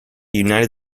united